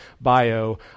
bio